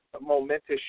momentous